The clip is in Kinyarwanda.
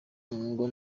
ngo